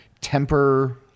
temper